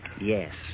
Yes